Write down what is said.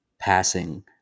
passing